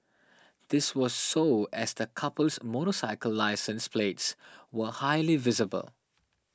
this was so as the couple's motorcycle license plates were highly visible